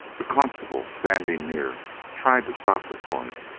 the constable standing near tried to stop the torrent,